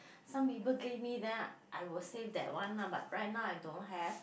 some people gave me then I was save that one lah but right now I don't have